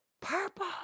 purple